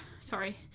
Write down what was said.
sorry